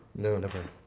no, never